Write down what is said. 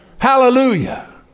Hallelujah